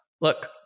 look